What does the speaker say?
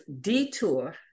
detour